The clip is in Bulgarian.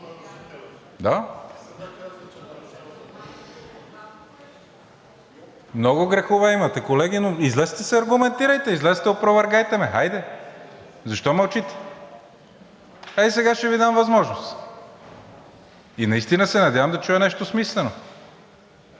Много грехове имате, колеги, но излезте и се аргументирайте, излезте, опровергайте ме! Хайде, защо мълчите? Ей сега ще Ви дам възможност. И наистина се надявам да чуя нещо смислено.